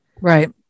right